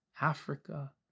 Africa